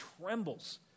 trembles